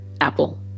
apple